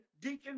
Deacon